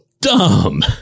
dumb